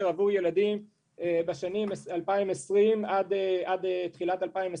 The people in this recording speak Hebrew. עבור ילדים בשנים 2020 עד תחילת 2022,